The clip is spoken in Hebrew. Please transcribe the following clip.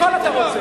הכול אתה רוצה.